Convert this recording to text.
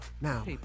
Now